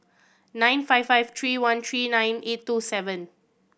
nine five five three one three nine eight two seven